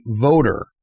voter